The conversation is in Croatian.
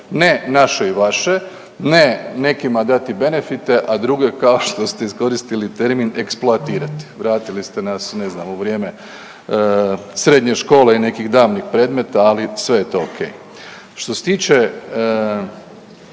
ne naše i vaše, ne nekima dati benefite, a druge kao što ste iskoristili termin eksploatirati, vratili ste nas ne znam u vrijeme srednje škole i nekih davnih predmeta, ali sve je to ok. Što se tiče